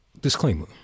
disclaimer